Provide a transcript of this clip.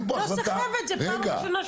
לא סחבת, זאת פעם ראשונה.